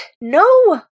no